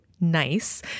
nice